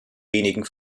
wenigen